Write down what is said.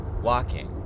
walking